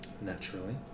Naturally